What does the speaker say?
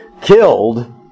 killed